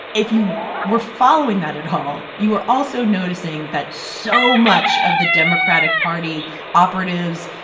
if you were following that at all, you were also noticing that so much of the democratic party operatives,